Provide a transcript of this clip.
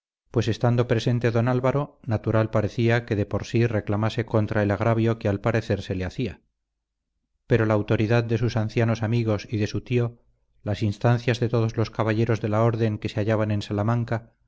pues estando presente don álvaro natural parecía que de por sí reclamase contra el agravio que al parecer se le hacía pero la autoridad de sus ancianos amigos y de su tío las instancias de todos los caballeros de la orden que se hallaban en salamanca